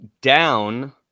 down